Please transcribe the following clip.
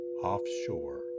offshore